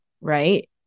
right